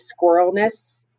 squirrelness